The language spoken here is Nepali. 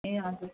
ए हजुर